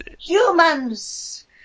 humans